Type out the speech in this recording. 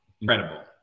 Incredible